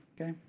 okay